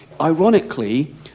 Ironically